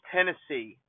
Tennessee